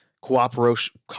Cooperation